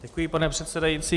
Děkuji, pane předsedající.